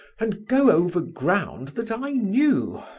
and go over ground that i knew.